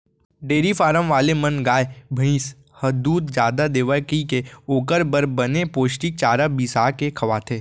dairy farm वाले मन गाय, भईंस ह दूद जादा देवय कइके ओकर बर बने पोस्टिक चारा बिसा के खवाथें